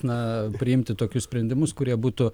na priimti tokius sprendimus kurie būtų